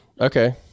Okay